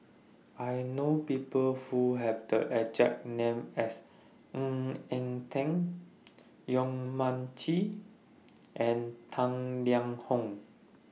I know People Who Have The exact name as Ng Eng Teng Yong Mun Chee and Tang Liang Hong